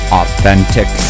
authentic